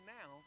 now